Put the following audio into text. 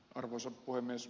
arvoisa puhemies